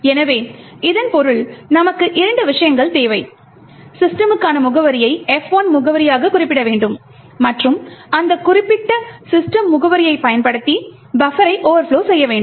எனவே இதன் பொருள் நமக்கு இரண்டு விஷயங்கள் தேவை system க்கான முகவரியை F 1 முகவரியாகக் குறிப்பிட வேண்டும் மற்றும் அந்த குறிப்பிட்ட system முகவரியைப் பயன்படுத்தி பஃபரை ஓவர்ப்லொ செய்ய வேண்டும்